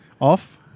Off